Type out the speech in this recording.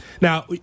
Now